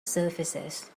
surfaces